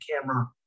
camera